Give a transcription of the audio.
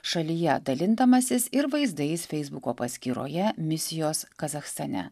šalyje dalindamasis ir vaizdais feisbuko paskyroje misijos kazachstane